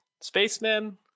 Spaceman